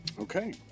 Okay